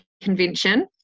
convention